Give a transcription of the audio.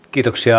kiitoksia